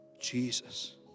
Jesus